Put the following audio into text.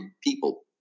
people